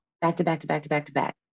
Back-to-back-to-back-to-back-to-back